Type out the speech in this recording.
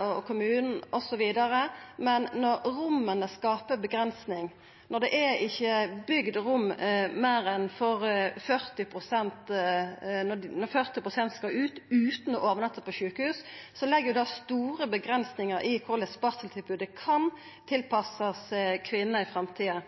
og kommunen osv. Men når talet på rom som vert bygt, tilseier at 40 pst. skal ut utan å overnatta på sjukehus, legg det store avgrensingar på korleis barseltilbodet kan tilpassast kvinner i framtida.